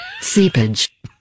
seepage